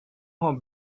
her